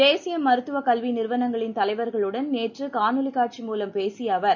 தேசிய மருத்துவ கல்வி நிறுவனங்களின் தலைவர்களுடன் நேற்று காணொளி காட்சி மூலம் பேசிய அவர்